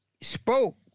spoke